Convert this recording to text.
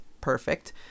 Perfect